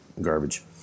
garbage